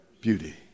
beauty